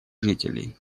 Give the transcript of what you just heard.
жителей